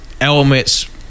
elements